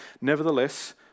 Nevertheless